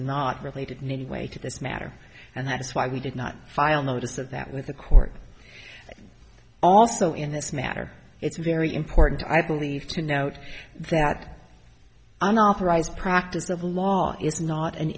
not related in any way to this matter and that is why we did not file a notice of that with the court also in this matter it's very important i believe to note that i'm authorized practice of law is not an